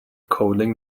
coding